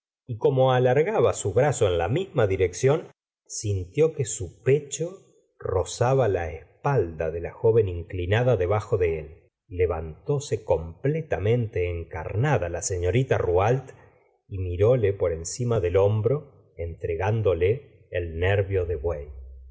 y como alargaba su brazo en la misma dirección sintió que su pecho rozaba la espalda de la joven inclinada debajo de él levantóse completamente encarnada la senorita rouault y miróle por encima del hombro entregándole el nervio de buey